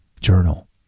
journal